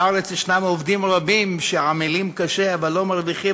בארץ יש עובדים רבים שעמלים קשה אבל לא מרוויחים